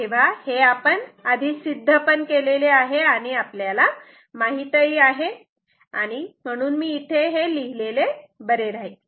तेव्हा हे आपण आधीच सिद्ध केलेले आहे आणि आपल्याला माहितही आहे आणि म्हणून इथे मी हे लिहिलेले बरे राहील